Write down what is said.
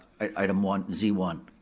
item one, z one?